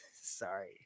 Sorry